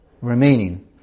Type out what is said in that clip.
remaining